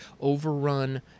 overrun